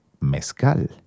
mezcal